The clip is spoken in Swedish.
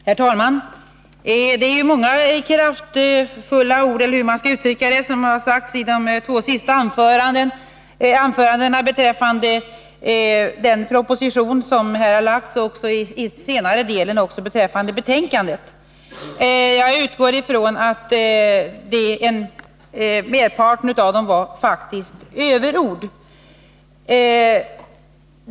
Herr talman! Det är många kraftfulla ord, eller hur jag skall uttrycka det, som i de två senaste anförandena har sagts om den proposition som har lagts fram, och i den senare delen också beträffande betänkandet. Jag utgår från att merparten var överord.